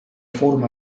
forme